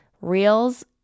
Reels